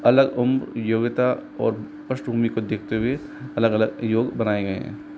अलग उम्र योग्यता और पृष्ठभूमि को देखते हुए अलग अलग योग बनाए गए हैं